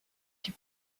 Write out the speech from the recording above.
die